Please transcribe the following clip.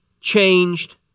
changed